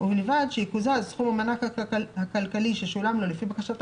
ובלבד שיקוזז סכום המענק הכלכלי ששולם לו לפי בקשתו